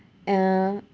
err